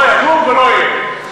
לא יקום ולא יהיה.